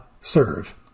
serve